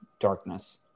darkness